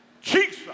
Jesus